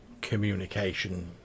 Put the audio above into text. communication